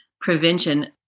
prevention